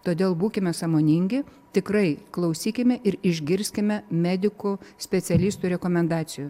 todėl būkime sąmoningi tikrai klausykime ir išgirskime medikų specialistų rekomendacijų